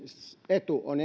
etu on